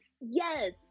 Yes